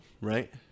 right